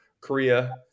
Korea